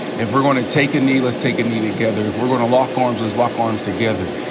if we're gonna take a knee, let's take a knee together. if we're gonna lock arms, let's lock arms together.